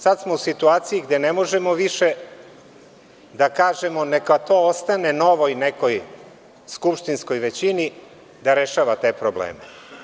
Sada smo u situaciji gde ne možemo više da kažemo – neka to ostane novoj nekoj skupštinskoj većini da rešava te probleme.